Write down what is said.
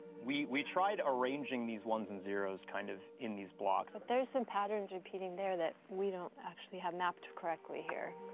we we tried arranging these ones and zeros kind of in these blocks. but there's some patterns repeating there that we don't actually have mapped correctly here.